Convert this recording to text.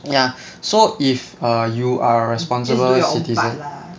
ya so if err you are a responsible citizen